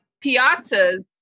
piazzas